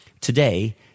today